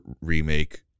remake